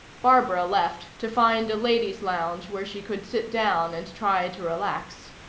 barbara left to find a ladies' lounge where she could sit down and try to relax.